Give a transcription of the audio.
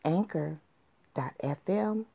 Anchor.fm